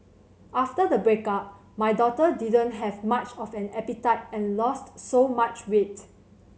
after the breakup my daughter didn't have much of an appetite and lost so much weight